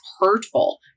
hurtful